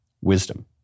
wisdom